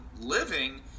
living